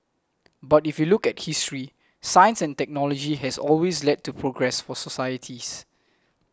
but if you look at history science and technology has always led to progress for societies